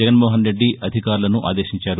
జగన్మోహన్రెడ్డి అధికారులను ఆదేశించారు